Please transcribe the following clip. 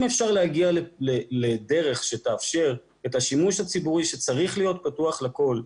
אם אפשר להגיע לדרך שתאפשר את השימוש הציבורי שצריך להיות פתוח לכל,